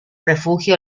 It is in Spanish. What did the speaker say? refugio